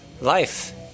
life